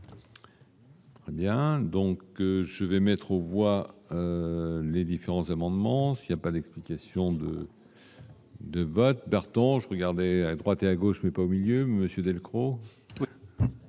finances. Donc, je vais mettre aux voix les différents amendements s'il y a pas d'explication de de bottes Bartosz je regardais à droite et à gauche, mais pas au milieu Monsieur Delcros.